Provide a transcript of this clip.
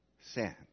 sin